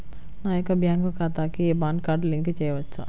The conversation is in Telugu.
నా యొక్క బ్యాంక్ ఖాతాకి పాన్ కార్డ్ లింక్ చేయవచ్చా?